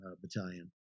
battalion